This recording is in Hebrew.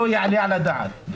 לא יעלה על הדעת,